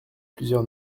plusieurs